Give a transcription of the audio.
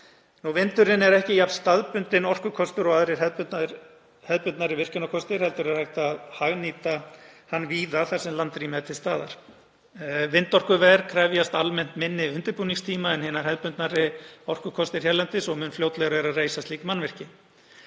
Vindurinn er ekki jafn staðbundinn orkukostur og aðrir hefðbundnari virkjunarkostir heldur er hægt að hagnýta hann víða þar sem landrými er til staðar. Vindorkuver krefjast almennt minni undirbúningstíma en hinir hefðbundnari orkukostir hérlendis og mun fljótlegra er að reisa slík mannvirki.